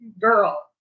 girl